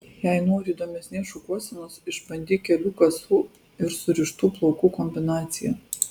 jei nori įdomesnės šukuosenos išbandyk kelių kasų ir surištų plaukų kombinaciją